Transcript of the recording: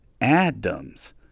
Adams